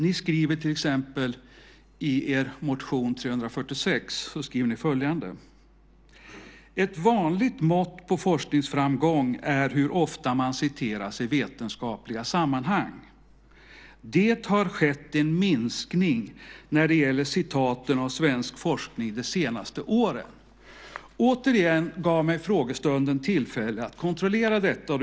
Ni skriver till exempel i er motion 346 följande: "Ett vanligt mått på forskningsframgång är hur ofta man citeras i vetenskapliga sammanhang. Det har skett en minskning när det gäller citaten av svensk forskning de senaste åren." Återigen gav mig frågestunden tillfälle att kontrollera detta.